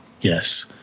yes